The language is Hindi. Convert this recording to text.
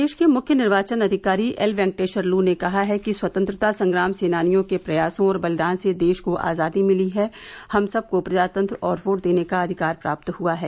प्रदेश के मुख्य निर्वाचन अधिकारी एलवेंकटेश्वर ल ने कहा है कि स्वतंत्रता संग्राम सेनानियों के प्रयासों और बलिदान से देश को आजादी मिली है इन्दिकार और वोट देने का अविकार प्राप हुआ है